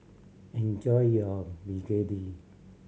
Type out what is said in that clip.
enjoy your begedil